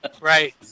Right